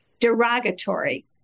derogatory